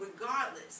regardless